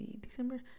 december